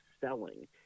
selling